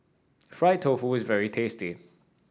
Fried Tofu is very tasty